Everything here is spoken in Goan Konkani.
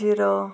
शिरो